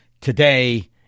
today